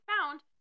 found